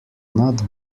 not